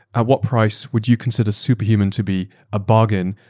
at what price would you consider superhuman to be a bargain,